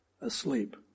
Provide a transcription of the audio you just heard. asleep